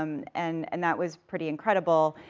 um and and that was pretty incredible.